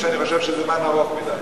ואני חושב שזה זמן ארוך מדי.